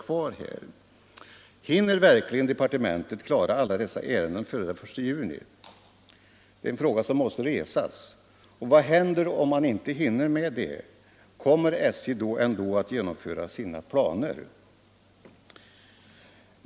Jag hade velat ställa den frågan till kommunikationsministern om han hade varit kvar här. Vad händer om man inte hinner? Kommer SJ ändå att genomföra sina planer?